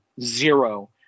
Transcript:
Zero